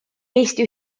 eesti